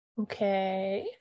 Okay